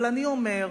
אבל אני אומר,